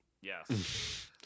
Yes